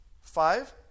five